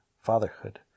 fatherhood